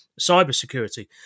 cybersecurity